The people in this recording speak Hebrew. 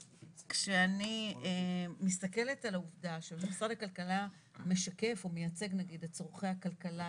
כשאני מסתכלת על העובדה שמשרד הכלכלה משקף או מייצג את צרכי הכלכלה,